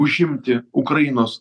užimti ukrainos